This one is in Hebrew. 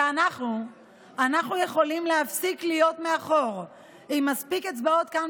ואנחנו יכולים להפסיק להיות מאחור עם מספיק אצבעות כאן,